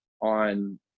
on